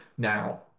Now